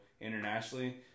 internationally